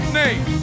name